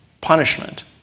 punishment